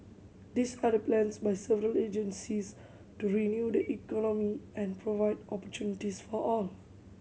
these are the plans by several agencies to renew the economy and provide opportunities for all